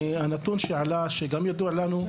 מהנתון שעלה וגם ידוע לנו,